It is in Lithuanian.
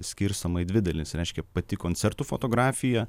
skirstoma į dvi dalis reiškia pati koncertų fotografija